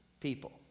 people